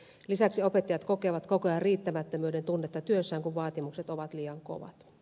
lisäksi opettajat kokevat koko ajan riittämättömyyden tunnetta työssään kun vaatimukset ovat liian kovat